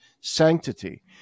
sanctity